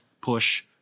push